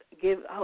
give